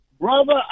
Brother